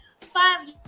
five